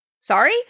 Sorry